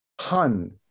Han